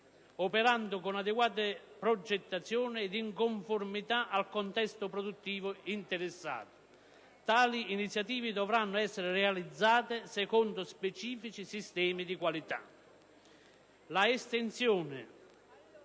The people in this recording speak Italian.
operando con adeguate progettazioni ed in conformità al contesto produttivo interessato (tali iniziative dovranno essere realizzate secondo specifici sistemi di qualità),